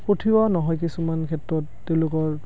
পঠিওৱা নহয় কিছুমান ক্ষেত্ৰত তেওঁলোকৰ